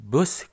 Bus